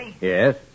Yes